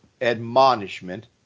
admonishment